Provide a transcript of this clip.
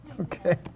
okay